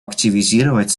активизировать